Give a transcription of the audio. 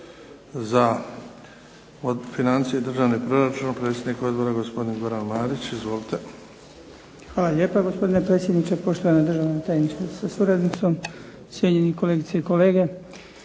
Hvala lijepa, gospodine predsjedniče. Poštovana državna tajnice sa suradnicom, cijenjeni kolegice i kolege.